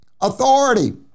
authority